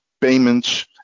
payments